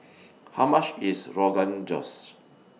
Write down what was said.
How much IS Rogan Josh